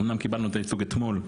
אמנם קיבלנו את הייצוג אתמול,